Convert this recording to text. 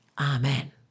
Amen